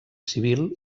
civil